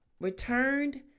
returned